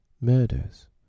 murders